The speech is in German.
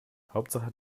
hauptsache